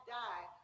die